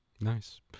Nice